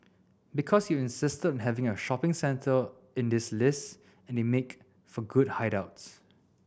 because you insisted on having a shopping centre in this list and they make for good hideouts